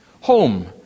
home